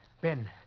Ben